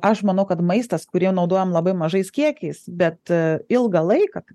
aš manau kad maistas kurį jau naudojam labai mažais kiekiais bet ilgą laiką